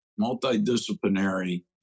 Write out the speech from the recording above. multidisciplinary